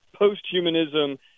posthumanism